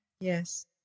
Yes